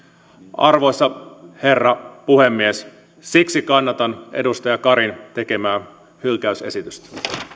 arvoisa herra puhemies siksi kannatan edustaja karin tekemää hylkäysesitystä